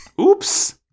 oops